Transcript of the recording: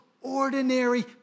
ordinary